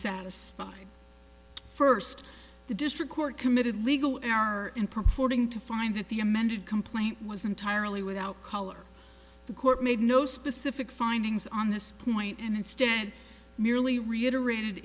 satisfied first the district court committed legal error in purporting to find that the amended complaint was entirely without color the court made no specific findings on this point and instead merely reiterated it